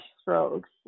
strokes